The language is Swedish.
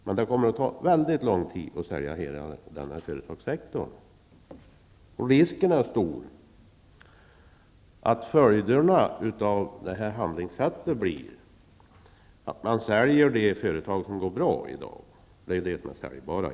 Men det kommer att ta väldigt lång tid att sälja hela den här företagssektorn. Risken är dessutom stor att följderna av ett sådant här agerande blir att de företag säljs som i dag går bra. Det är ju dessa som är säljbara.